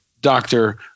doctor